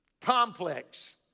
complex